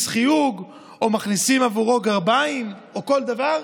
חיוג או מכניסים עבורו גרביים או כל דבר,